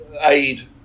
aid